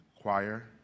choir